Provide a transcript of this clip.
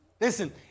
Listen